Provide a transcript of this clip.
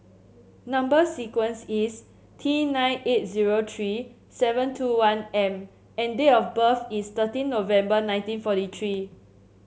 number sequence is T nine eight zero tree seven two one M and date of birth is thirteen November nineteen forty tree